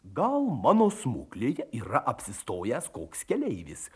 gal mano smuklėje yra apsistojęs koks keleivis